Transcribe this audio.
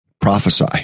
Prophesy